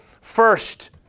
first